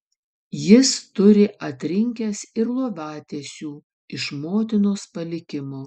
jis turi atrinkęs ir lovatiesių iš motinos palikimo